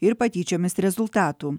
ir patyčiomis rezultatų